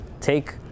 take